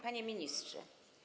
Panie Ministrze!